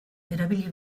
erabili